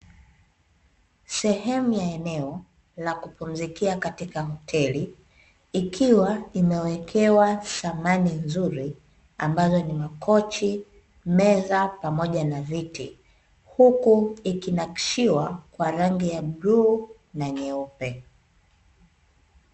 Sehemu ya eneo ya kupunzikia katika hoteli ikiwa imewekewa thamani nzuri ambazo ni; makochi, meza pamoja na viti, hulu ikinakshiwa pamoja na rangi ya bluu na nyeupe.